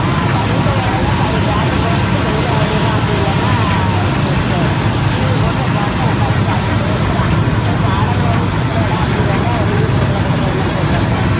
ஆ வந்த உடனே பை பேக்கை போட்டுவிட்டு வெளியில ஓடிட்றான் அப்படி இல்லைன்னா அது சித்த டிவியை போட்டு அவன் பாட்டில உட்காந்து பார்த்துக்கிட்டே இருக்கிறான் டே பாடங்கள் ஒன்றும் கொடுக்கலையாடா அப்படின்னு கேட்டால் ஒன்றுமே கொடுக்கல கொடுக்கலன்னு தான் சொல்கிறான் சார்